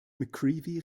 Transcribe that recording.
mccreevy